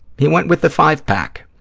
he went with the five-pack.